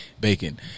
bacon